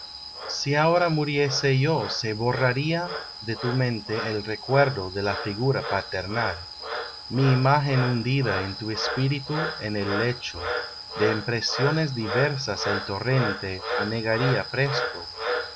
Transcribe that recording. si ahora muriese yo se borraría de tu mente el recuerdo de la figura paternal mi imagen hundida de tu espíritu en el lecho de impresiones diversas el torrente anegaría presto